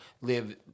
live